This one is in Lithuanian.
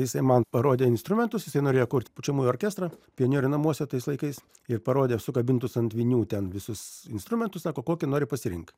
jisai man parodė instrumentus jisai norėjo kurt pučiamųjų orkestrą pionierių namuose tais laikais ir parodė sukabintus ant vinių ten visus instrumentus sako kokį nori pasirink